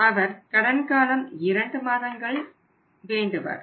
அவர் கடன் காலம் இரண்டு மாதங்கள் வேண்டுவார்